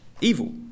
evil